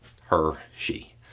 her-she